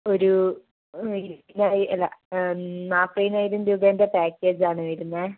ഒരു അല്ല നാൽപ്പതിനായിരം രൂപേൻ്റെ പാക്കേജാണ് വരുന്നത്